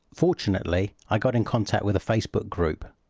fortunately, i got in contact with a facebook group.